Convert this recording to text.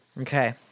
Okay